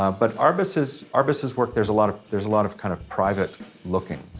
um but arbus's, arbus's work, there's a lot of, there's a lot of kind of private looking.